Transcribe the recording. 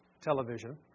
television